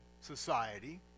society